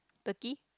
turkey